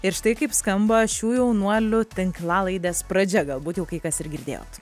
ir štai kaip skamba šių jaunuolių tinklalaidės pradžia galbūt jau kai kas ir girdėjot